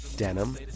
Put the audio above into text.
denim